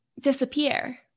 disappear